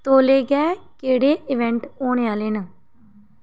तौले गै केह्ड़े इवेंट होने आह्ले न